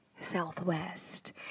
Southwest